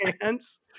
hands